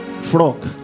Frog